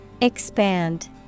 Expand